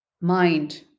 mind